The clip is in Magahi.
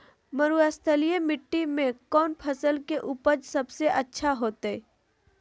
मरुस्थलीय मिट्टी मैं कौन फसल के उपज सबसे अच्छा होतय?